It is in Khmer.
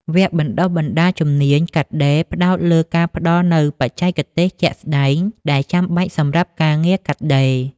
វគ្គបណ្តុះបណ្តាលជំនាញកាត់ដេរផ្តោតលើការផ្តល់នូវបច្ចេកទេសជាក់ស្តែងដែលចាំបាច់សម្រាប់ការងារកាត់ដេរ។